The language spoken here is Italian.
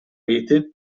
rete